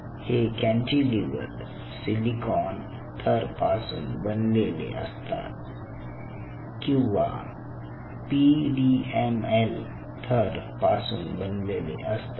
हे cantilever silicon थर पासून बनलेले असतात किंवा पीडीएमएल थर पासून बनलेले असतात